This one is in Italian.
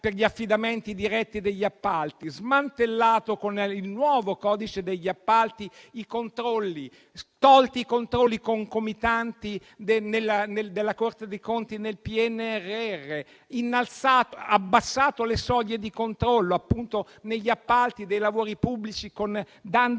per gli affidamenti diretti degli appalti; avete smantellato con il nuovo codice degli appalti i controlli e avete tolto quelli concomitanti della Corte dei conti nel PNRR; avete abbassato le soglie di controllo negli appalti dei lavori pubblici, dando